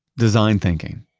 design thinking.